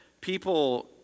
People